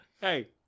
Hey